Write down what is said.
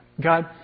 God